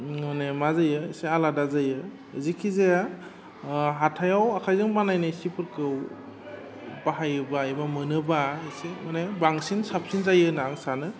माने मा जायो एसे आलादा जायो जिखि जाया हाथायाव आखाइजों बानायनाय सिफोरखौ बाहायोबा एबा मोनोबा एसे माने बांसिन साबसिन जायो होन्ना आं सानो